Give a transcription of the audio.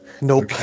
nope